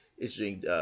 interesting